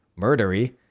murdery